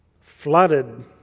flooded